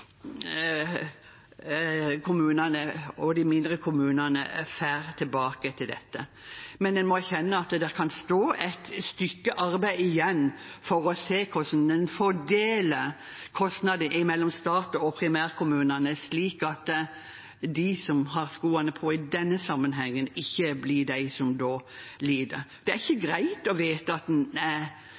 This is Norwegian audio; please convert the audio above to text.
og at de mindre kommunene får noe tilbake med dette. Jeg må erkjenne at det kan stå et stykke arbeid igjen for å se hvordan en fordeler kostnader mellom staten og primærkommunene slik at de som har skoene på i denne sammenhengen, ikke blir de som lider. Det er ikke greit å vite at en